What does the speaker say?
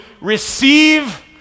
receive